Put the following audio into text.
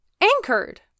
anchored